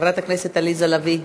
חברת הכנסת עליזה לביא,